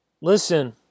Listen